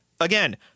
Again